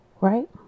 right